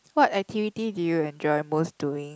what activity do you enjoy most doing